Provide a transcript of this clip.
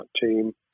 team